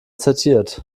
zitiert